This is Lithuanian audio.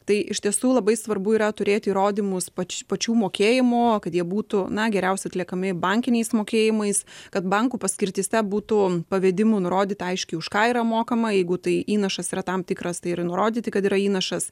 tai iš tiesų labai svarbu yra turėti įrodymus pačių pačių mokėjimo kad jie būtų na geriausia atliekami bankiniais mokėjimais kad bankų paskirtyse būtų pavedimu nurodyta aiškiai už ką yra mokama jeigu tai įnašas yra tam tikras tai ir nurodyti kad yra įnašas